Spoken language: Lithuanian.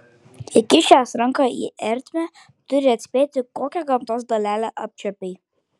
įkišęs ranką į ertmę turi atspėti kokią gamtos dalelę apčiuopei